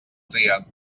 tria